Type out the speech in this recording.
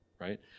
right